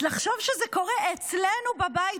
אז לחשוב שזה קורה אצלנו בבית,